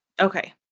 okay